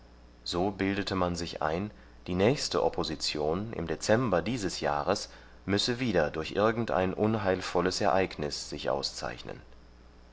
so bildete man sich ein die nächste opposition im dezember dieses jahres müsse wieder durch irgendein unheilvolles ereignis sich auszeichnen